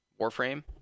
warframe